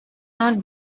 not